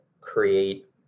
create